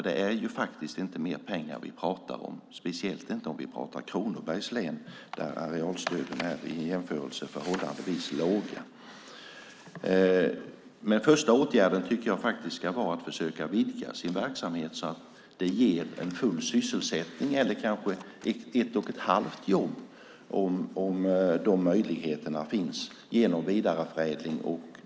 Det är faktiskt inte mer pengar vi pratar om, speciellt inte i Kronobergs län, där arealstöden är förhållandevis låga. Men jag tycker att den första åtgärden ska vara att försöka vidga sin verksamhet så att den ger en full sysselsättning eller kanske ett och ett halvt jobb om de möjligheterna finns genom vidareförädling.